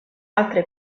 altre